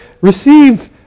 receive